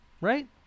Right